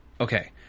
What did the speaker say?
Okay